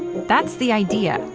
that's the idea.